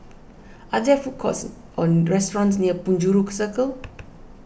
are there food courts or restaurants near Penjuru Circle